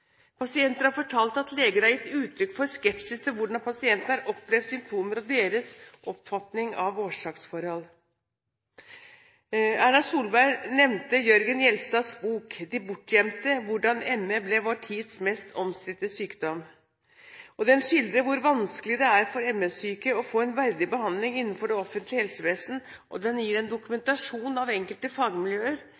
Pasienter har fortalt at leger har gitt uttrykk for skepsis til hvordan pasientene har opplevd symptomer, og til deres oppfatning av årsaksforhold. Erna Solberg nevnte Jørgen Jelstads bok, De bortgjemte – og hvordan ME ble vår tids mest omstridte sykdom. Den skildrer hvor vanskelig det er for ME-syke å få en verdig behandling innenfor det offentlige helsevesen, og den gir en